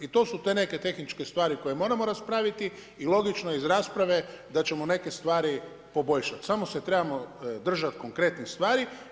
I to su te neke tehničke stvari koje moramo raspraviti i logično je iz rasprave da ćemo neke stvari poboljšat samo se trebamo držati konkretnih stvari.